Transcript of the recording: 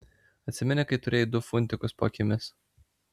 atsimeni kai turėjai du funtikus po akimis